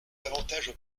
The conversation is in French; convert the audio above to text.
avantages